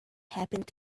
happened